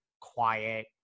quiet